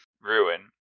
Ruin